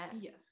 yes